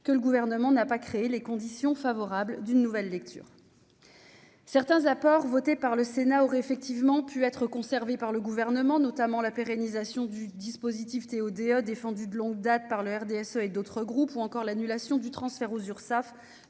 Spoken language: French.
que le gouvernement n'a pas créé les conditions favorables d'une nouvelle lecture certains apports votés par le Sénat aurait effectivement pu être conservés par le gouvernement, notamment la pérennisation du dispositif TODE défendue de longue date par le RDSE et d'autres groupes ou encore l'annulation du transfert aux Urssaf